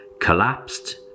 collapsed